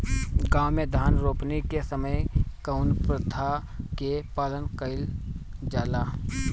गाँव मे धान रोपनी के समय कउन प्रथा के पालन कइल जाला?